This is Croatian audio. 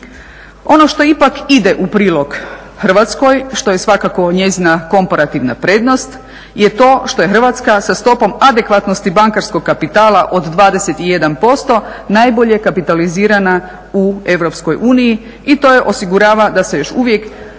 Ono što ipak ide u prilog Hrvatskoj, što je svakako njezina korporativna prednost je to što je Hrvatska sa stopom adekvatnosti bankarskog kapitala od 21% najbolje kapitalizirana u EU i to joj osigurava da se još uvijek